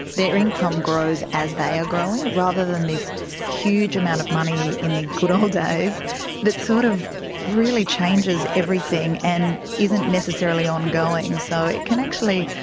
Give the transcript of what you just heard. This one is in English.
their income grows as they are growing, rather than this huge amount of money in the good old days that sort of really changes everything and isn't necessarily ongoing, so it can actually,